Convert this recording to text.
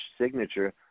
signature